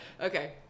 Okay